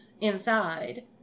Inside